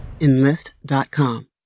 enlist.com